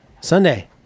Sunday